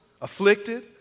afflicted